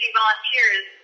volunteers